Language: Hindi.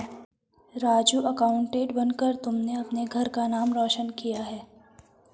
राजू अकाउंटेंट बनकर तुमने अपने घर का नाम रोशन किया है